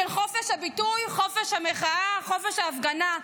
של חופש הביטוי, חופש המחאה, חופש ההפגנה?